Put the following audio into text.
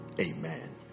Amen